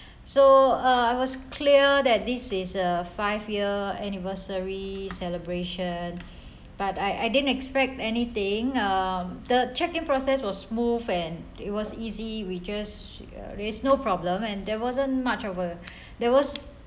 so uh I was clear that this is a five year anniversary celebration but I I didn't expect anything um the checking process was smooth and it was easy we just there's no problem and there wasn't much of a there was